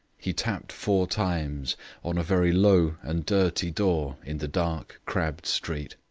he tapped four times on a very low and dirty door in the dark, crabbed street.